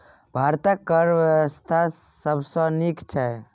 भारतक कर बेबस्था सबसँ नीक छै